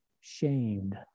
shamed